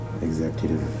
executive